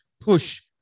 push